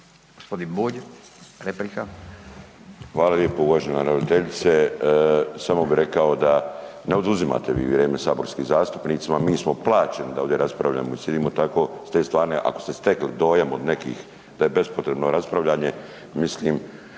**Bulj, Miro (MOST)** Hvala lijepo. Uvažena ravnateljice. Samo bi rekao da vi ne oduzimate vrijeme saborskim zastupnicima, mi smo plaćeni da ovdje raspravljamo i sjedimo, tako s te strane ako ste stekli dojam od nekih da je bespotrebno raspravljanje mislim